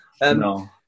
No